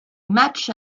matchs